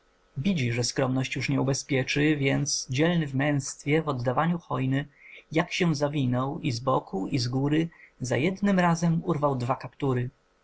widzi że skromność już nie ubezpieczy więc dzielny w męztwo w oddawaniu hojny jak się zawinął i z boku i z góry za jednym razem urwał dwa kaptury